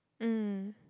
mm